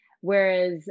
Whereas